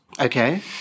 Okay